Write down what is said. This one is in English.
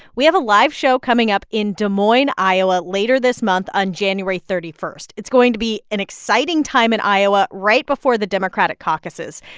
we have a live show coming up in des moines, iowa, later this month on january thirty one. it's going to be an exciting time in iowa, right before the democratic caucuses.